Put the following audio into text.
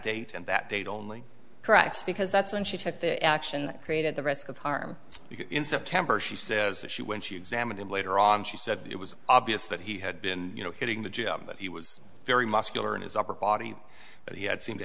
date and that date only correct because that's when she took the action that created the risk of harm in september she says that she when she examined him later on she said it was obvious that he had been you know hitting the gym that he was very muscular in his upper body but he had seemed to